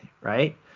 right